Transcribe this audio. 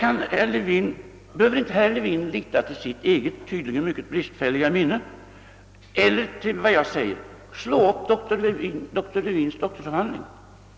Herr Wedén behöver inte lita till sitt eget, tydligen mycket bristfälliga minne eller till vad jag säger. Slå upp doktor Lewins doktorsavhandling!